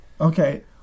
Okay